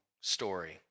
story